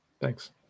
thanks